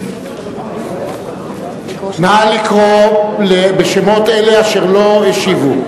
נגד נא לקרוא בשמות אלה אשר לא השיבו.